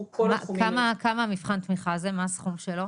כמה המבחן תמיכה הזה, מה הסכום שלו?